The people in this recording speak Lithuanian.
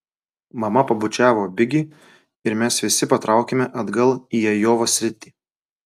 mama pabučiavo bigi ir mes visi patraukėme atgal į ajova sitį